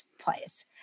place